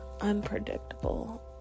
Unpredictable